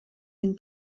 den